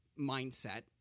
mindset